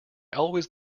always